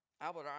Albert